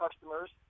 customers